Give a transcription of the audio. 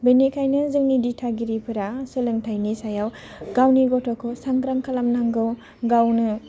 बेनिखायनो जोंनि दिथागिरिफोरा सोलोंथाइनि सायाव गावनि गथ'खौ सांग्रां खालामनांगौ गावनो